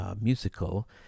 musical